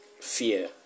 fear